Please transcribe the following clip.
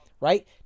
right